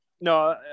no